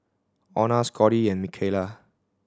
Ona Scottie and Mikalah